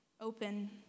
open